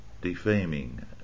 defaming